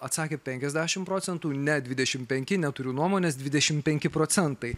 atsakė penkiasdešimt procentų ne dvidešimt penki neturiu nuomonės dvidešimt penki procentai